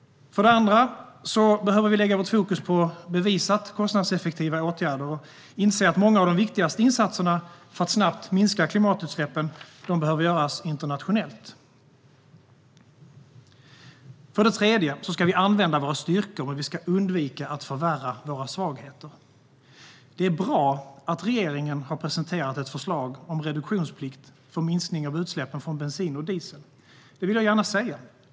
För det andra behöver vi lägga vårt fokus på bevisat kostnadseffektiva åtgärder och inse att många av de viktigaste insatserna för att snabbt minska klimatutsläppen behöver göras internationellt. För det tredje ska vi använda våra styrkor och undvika att förvärra våra svagheter. Det är bra att regeringen har presenterat ett förslag om reduktionsplikt för minskning av utsläppen från bensin och diesel. Det vill jag gärna säga.